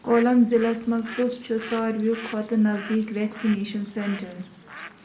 کولَم ضِلعس منٛز کُس چھُ ساروی کھۄتہٕ نزدیٖک وٮ۪کسِنیشَن سٮ۪نٹَر